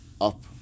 up